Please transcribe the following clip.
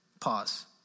pause